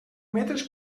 metres